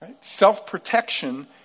Self-protection